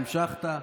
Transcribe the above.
המשכת,